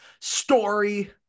story